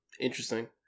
Interesting